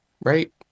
right